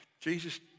Jesus